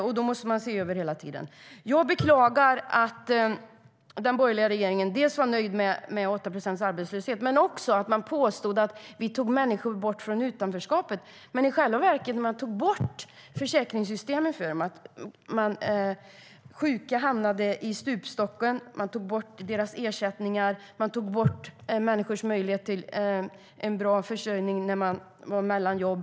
Därför måste vi hela tiden se över det. Jag beklagar att den borgerliga regeringen var nöjd med 8 procents arbetslöshet och att man påstod att man tog bort människor ur utanförskap. I själva verket tog den borgerliga regeringen bort försäkringssystemet för människor. Sjuka hamnade i stupstocken. Man tog bort människors ersättningar och deras möjlighet till en bra försörjning när de var mellan jobb.